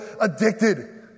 addicted